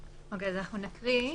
אז אנחנו נקרא.